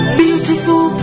beautiful